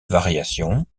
variations